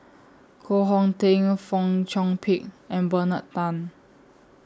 Koh Hong Teng Fong Chong Pik and Bernard Tan